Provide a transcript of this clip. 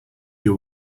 you